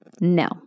No